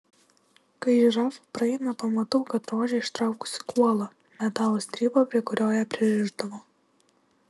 kai žirafa praeina pamatau kad rožė ištraukusi kuolą metalo strypą prie kurio ją pririšdavo